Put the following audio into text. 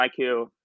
IQ